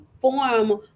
form